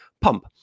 pump